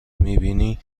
میبینیم